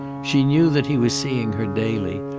she knew that he was seeing her daily,